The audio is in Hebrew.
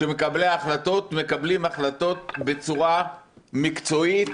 ושמקבלי ההחלטות מקבלים החלטות בצורה מקצועית,